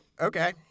Okay